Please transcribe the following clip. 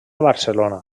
barcelona